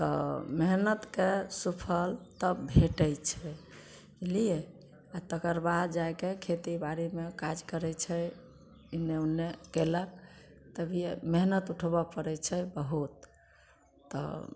तऽ मेहनतके सुफल तब भेटैत छै बुझलिए आ तकर बाद जाके खेती बारी मे काज करय छै इन्ने उन्ने कयलक तभी मेहनत उठबऽ पड़ैत छै बहुत तऽ